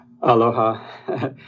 Aloha